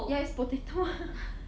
ya it's potato ah